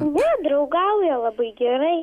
ne draugauja labai gerai